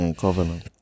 Covenant